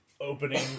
opening